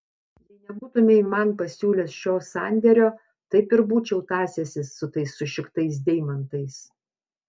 jei nebūtumei man pasiūlęs šio sandėrio taip ir būčiau tąsęsis su tais sušiktais deimantais